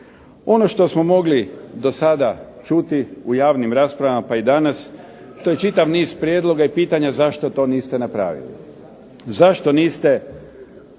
Ono što smo mogli do sada čuti u javnim rasprava pa i danas, to je čitav niz prijedloga i pitanja zašto to niste napravili. Zašto niste mijenjali